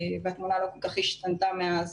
והתמונה לא כל כך השתנתה מאז,